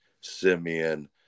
Simeon